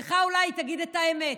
לך אולי היא תגיד את האמת.